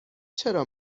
چرا